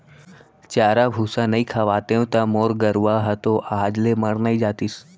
चारा भूसा नइ खवातेंव त मोर गरूवा ह तो आज ले मर नइ जातिस